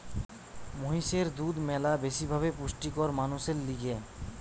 মহিষের দুধ ম্যালা বেশি ভাবে পুষ্টিকর মানুষের লিগে